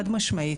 חד-משמעית.